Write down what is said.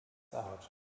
out